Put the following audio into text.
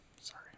Sorry